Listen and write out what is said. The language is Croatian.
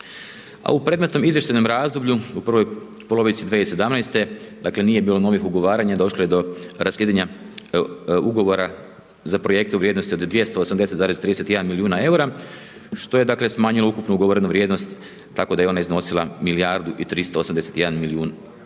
a u predmetnom izvještajnom razdoblju u prvoj polovici 2017., dakle, nije bilo novih ugovaranja, došlo je do raskidanja ugovora za projekte u vrijednosti od 280,31 milijuna EUR-a, što je, dakle, smanjilo ukupnu ugovorenu vrijednost, tako da je i ona iznosila milijardu i 381 milijun